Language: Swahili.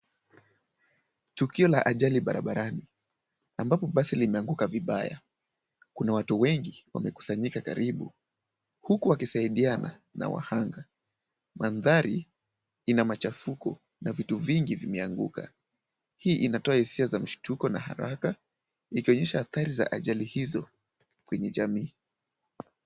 Tukio la ajali barabarani ambapo basi limeanguka vibaya. Kuna watu wengi wamekusanyika karibu huku wakisaidiana na wahanga. Mandhari ina machafuko na vitu vingi vimeanguka. Hii inatoa hisia za mshtuko na haraka ikionyesha hathari za hatari hizo kwenye jamii.